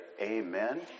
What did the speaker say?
amen